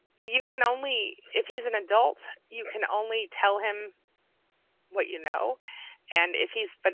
you can only. if he's an adult, you can only tell him what you know and if he's. but